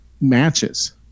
matches